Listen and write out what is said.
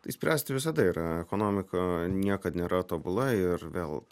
tai spręsti visada yra ekonomika niekad nėra tobula ir vėl